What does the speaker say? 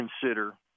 consider